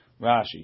Rashi